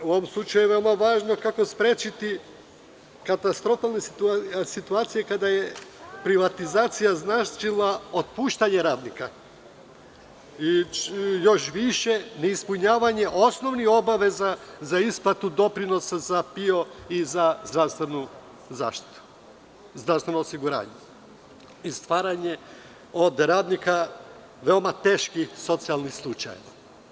U ovom slučaju je veoma važno kako sprečiti katastrofalne situacije kada je privatizacija značila otpuštanje radnika, i još više, neispunjavanje osnovnih obaveza za isplatu doprinosa za PIO i zdravstveno osiguranje i stvaranje od radnika veoma teške socijalne slučajeve.